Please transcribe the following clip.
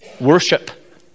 worship